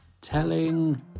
telling